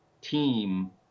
team